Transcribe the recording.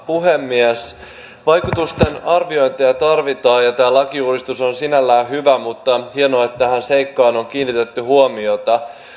puhemies vaikutusten arviointeja tarvitaan tämä lakiuudistus on sinällään hyvä mutta hienoa että tähän seikkaan on kiinnitetty huomiota